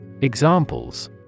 Examples